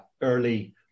early